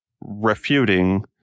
refuting